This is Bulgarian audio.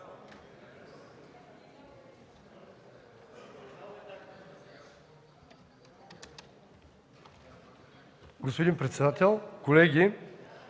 Господин председател, колеги,